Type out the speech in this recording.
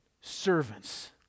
servants